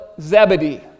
Zebedee